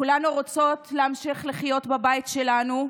כולנו רוצות להמשיך לחיות בבית שלנו,